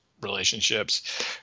relationships